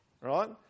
right